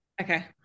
Okay